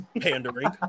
pandering